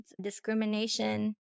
discrimination